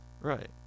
right